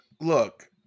Look